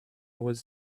was